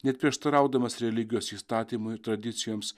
neprieštaraudamas religijos įstatymui ir tradicijoms